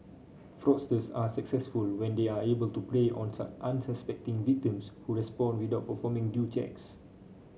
fraudsters are successful when they are able to prey on unsuspecting victims who respond without performing due checks